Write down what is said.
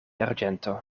arĝento